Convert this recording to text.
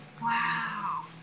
Wow